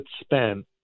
spent